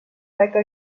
beca